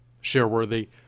share-worthy